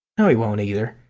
no, he won't, either.